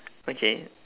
okay